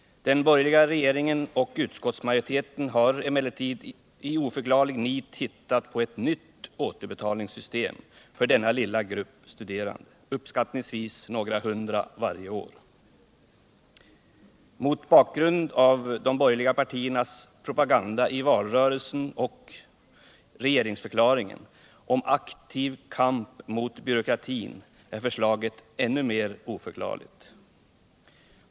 Den borgerliga regeringen och utskottsmajoriteten har emellertid i oförklarligt nit hittat på ett nytt återbetalningssystem för denna lilla grupp studerande, uppskattningsvis några hundra varje år. Mot bakgrund av de borgerliga partiernas propaganda i valrörelsen och i regeringsförklaringen om aktiv kamp mot byråkratin är förslaget ännu mer oförklarligt.